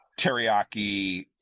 teriyaki